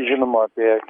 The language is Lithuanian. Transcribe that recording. žinoma apie